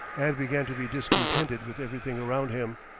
and began to be discontented with everything around him.